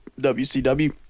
WCW